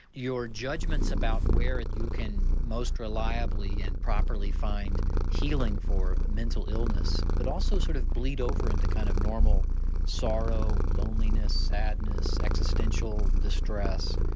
your judgment's about where you can most reliably and properly find healing for mental illness but also sort of bleed over into kind of normal sorrow, loneliness, sadness, existential distress,